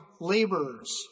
laborers